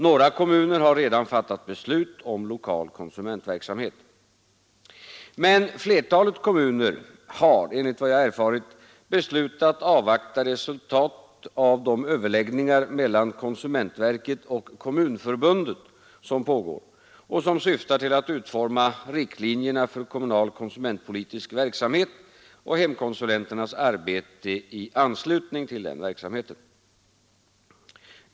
Några kommuner har redan fattat beslut om lokal konsumentverksamhet. Flertalet kommuner har dock, enligt vad jag erfarit, beslutat avvakta resultat av de överläggningar mellan konsumentverket och Kommunförbundet som pågår och som syftar till att utforma riktlinjerna för kommunal konsumentpolitisk verksamhet och hemkonsulenternas arbete i anslutning till denna verksamhet.